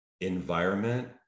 environment